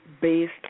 based